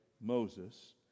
Moses